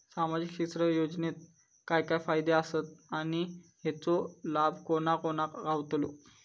सामजिक क्षेत्र योजनेत काय काय फायदे आसत आणि हेचो लाभ कोणा कोणाक गावतलो?